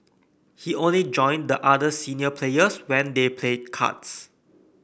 he only join the other senior players when they played cards